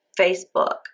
Facebook